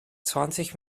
zwanzig